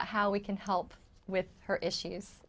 out how we can help with her issues